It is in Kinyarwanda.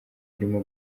arimo